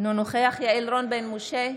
אינו נוכח יעל רון בן משה,